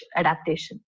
adaptation